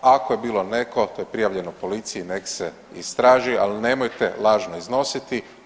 Ako je bilo neko to je prijavljeno policiji nek se istraži, ali nemojte lažno iznositi.